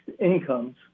incomes